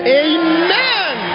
amen